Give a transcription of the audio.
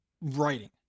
writing